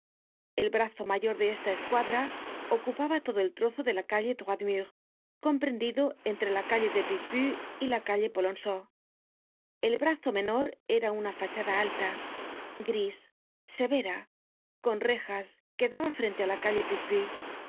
el brazo mayor de esta escuadra ocupaba todo el trozo de la calle droilmur comprendido entre la calle de picpus y la calle polonceau el brazo menor era una fachada alta gris severa con rejas que daba frente á la calle picpus